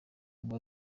ngo